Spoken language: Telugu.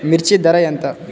మిర్చి ధర ఎంత?